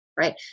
right